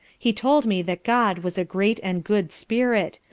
he told me that god was a great and good spirit,